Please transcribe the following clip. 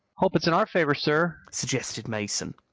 hope it's in our favor, sir, suggested mason.